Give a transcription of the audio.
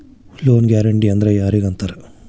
Loan guarantee ಅಂದ್ರ್ ಯಾರಿಗ್ ಅಂತಾರ?